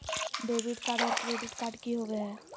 Debit card और credit card की होवे हय?